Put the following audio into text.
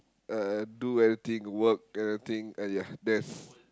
uh do anything work anything ya that's